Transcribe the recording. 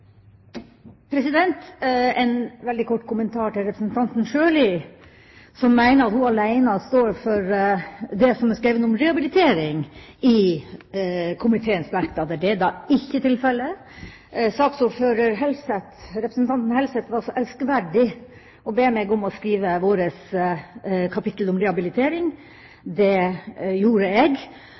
som mener at hun alene står for det som er skrevet om rehabilitering i komiteens merknader. Det er ikke tilfellet. Saksordføreren, representanten Helseth, var så elskverdig å be meg om å skrive våre merknader til kapittelet om rehabilitering. Det gjorde jeg,